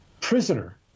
prisoner